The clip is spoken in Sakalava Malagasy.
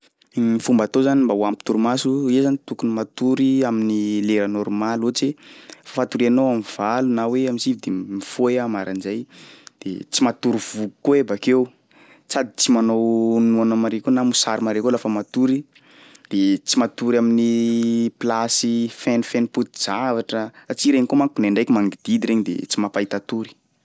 Ny fomba atao zany mba ho ampy torimaso, iha zany tokony matory amin'ny lera normaly ohatsy hoe fatorianao am'valo na hoe am'sivy de mifoha iha maraindray de tsy matory voky koa iha bakeo sady tsy manao noana mare koa na mosary mare koa lafa matory de tsy matory amin'ny plasy fenofeno poti-javatra satria regny koa manko kindraindraiky mangididy regny de tsy mampahita tory.